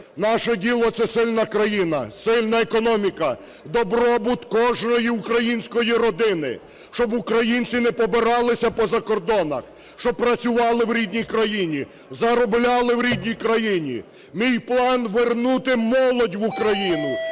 Наше діло – це сильна країна, сильна економіка, добробут кожної української родини, щоб українці не побиралися по закордонах, щоб працювали в рідній країні, заробляли в рідній країні. Мій план – вернути молодь в Україну,